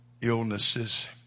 illnesses